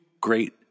great